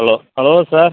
hello hello sir